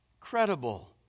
credible